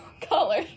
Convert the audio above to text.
color